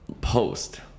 post